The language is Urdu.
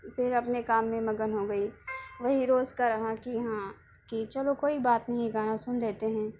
پھر اپنے کام میں مگن ہو گئی وہی روز کا رہا کہ ہاں کہ چلو کوئی بات نہیں گانا سن لیتے ہیں